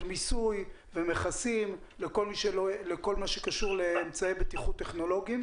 מיסוי ומכסים לכל מה שקשור לאמצעי בטיחות טכנולוגיים.